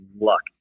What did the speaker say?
luck